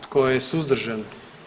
Tko je suzdržan?